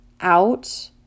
out